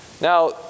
Now